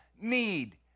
need